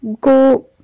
go